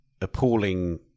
appalling